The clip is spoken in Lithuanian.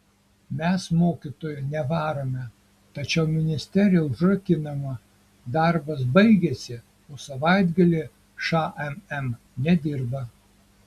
mes mokytojų nevarome tačiau ministerija užrakinama darbas baigėsi o savaitgalį šmm nedirba